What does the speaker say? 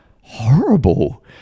horrible